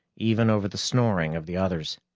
even over the snoring of the others.